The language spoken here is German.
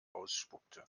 ausspuckte